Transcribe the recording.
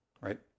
Right